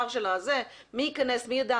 מי ייכנס וידע?